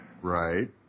right